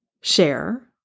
share